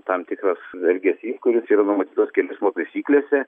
tam tikras elgesys kuris yra numatytas kelių eismo taisyklėse